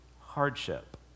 hardship